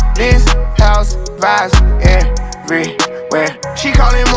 this house vibes every where she calling